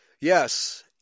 Yes